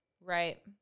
Right